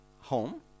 home